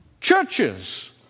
Churches